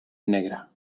negre